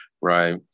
Right